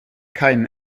keinen